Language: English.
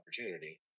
opportunity